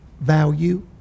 value